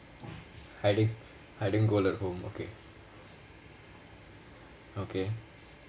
hiding hiding gold at home okay okay